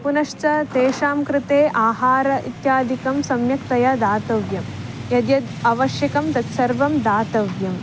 पुनश्च तेषां कृते आहारः इत्यादिकं सम्यक्तया दातव्यं यद्यद् आवश्यकं तत् सर्वं दातव्यम्